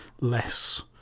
less